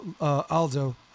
Aldo